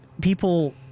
people